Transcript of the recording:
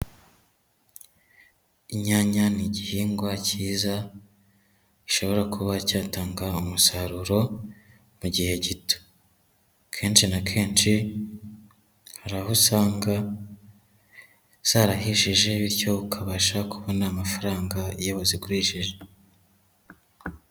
Inyanya ni igihingwa cyiza, gishobora kuba cyatanga umusaruro mu gihe gito. Kenshi na kenshi hari aho usanga zarahishije, bityo ukabasha kubona amafaranga iyo wazigurishije.